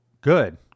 Good